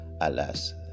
alas